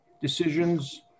decisions